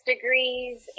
degrees